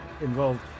involved